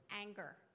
anger